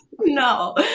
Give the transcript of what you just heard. No